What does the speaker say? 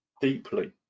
deeply